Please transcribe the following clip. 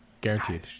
guaranteed